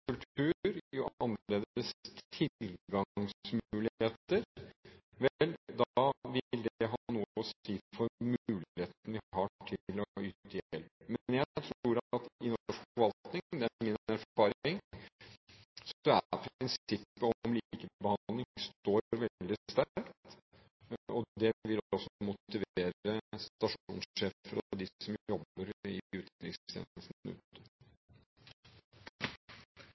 jo mer annerledes tilgangsmuligheter, vil ha noe å si for muligheten vi har til å yte hjelp. Men jeg tror at i norsk forvaltning – det er min erfaring – står prinsippet om likebehandling veldig sterkt, og det vil også motivere stasjonssjefer og de som jobber i utenrikstjenesten ute. Replikkordskiftet er omme. Jeg vil starte med å gratulere utenriksministeren med for